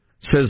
says